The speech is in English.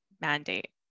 mandate